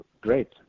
great